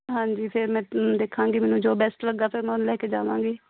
ਹਾਂਜੀ ਫਿਰ ਮੈਂ ਦੇਖਾਂਗੀ ਮੈਨੂੰ ਜੋ ਬੈਸਟ ਲੱਗਿਆ ਫਿਰ ਮੈਂ ਉਹ ਲੈ ਕੇ ਜਾਵਾਂਗੀ